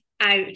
out